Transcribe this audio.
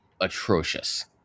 atrocious